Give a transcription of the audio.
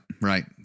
right